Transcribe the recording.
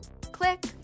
Click